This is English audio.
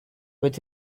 with